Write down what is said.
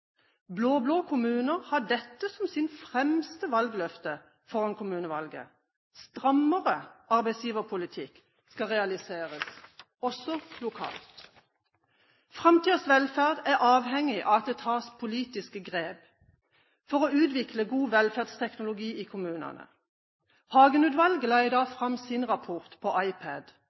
Blå-blå kommuner har dette som sine fremste valgløfter foran kommunevalget. Strammere arbeidsgiverpolitikk skal realiseres, også lokalt. Framtidens velferd er avhengig av at det tas politiske grep for å utvikle god velferdsteknologi i kommunene. Hagen-utvalget la i dag fram sin rapport – på ipad.